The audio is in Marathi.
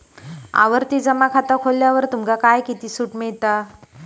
आवर्ती जमा खाता खोलल्यावर तुमका काय किती सूट मिळता?